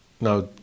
Now